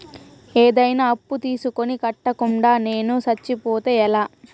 ఏదైనా అప్పు తీసుకొని కట్టకుండా నేను సచ్చిపోతే ఎలా